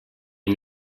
une